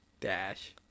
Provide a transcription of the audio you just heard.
Dash